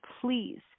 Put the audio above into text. please